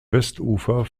westufer